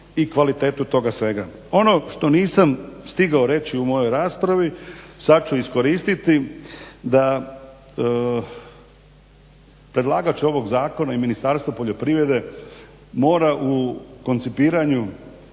i kvalitetu toga svega. Ono što nisam stigao reći u mojoj raspravi sad ću iskoristiti da, predlagač ovog zakona i Ministarstvo poljoprivrede mora u koncipiranju